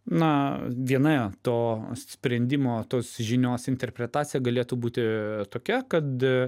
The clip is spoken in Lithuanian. na viena to sprendimo tos žinios interpretacija galėtų būti tokia kad